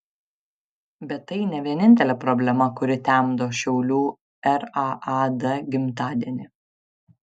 bet tai ne vienintelė problema kuri temdo šiaulių raad gimtadienį